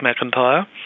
McIntyre